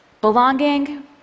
Belonging